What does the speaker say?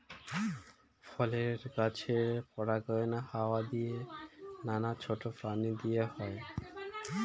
ফলের গাছের পরাগায়ন হাওয়া দিয়ে, নানা ছোট প্রাণী দিয়ে হয়